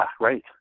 right